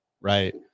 right